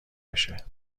بشه